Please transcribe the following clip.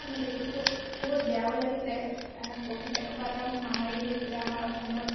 মই দেখিছোঁ বহুত বেয়াও লাগিছে ক'ভিড এনেকুৱা এটা মহামাৰী আহিছিলে আমাৰ অসমত